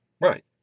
Right